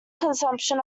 consumption